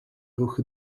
ruch